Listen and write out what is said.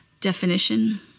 definition